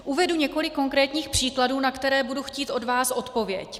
Uvedu několik konkrétních příkladů, na které budu chtít od vás odpověď.